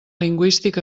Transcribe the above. lingüístic